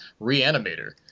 Reanimator